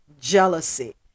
jealousy